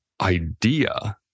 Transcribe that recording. idea